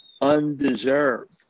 undeserved